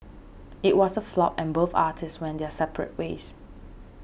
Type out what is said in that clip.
it was a flop and both artists went their separate ways